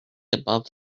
above